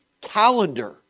calendar